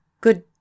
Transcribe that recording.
Good